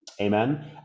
Amen